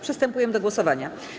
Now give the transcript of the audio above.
Przystępujemy do głosowania.